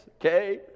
Okay